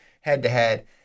head-to-head